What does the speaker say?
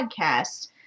podcast